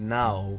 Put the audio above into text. now